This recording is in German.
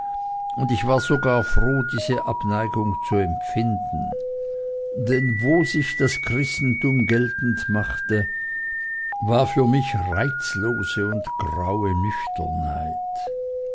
und ich war sogar froh diese abneigung zu empfinden denn wo sich christentum geltend machte war für mich reizlose und graue nüchternheit